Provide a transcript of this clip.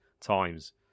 times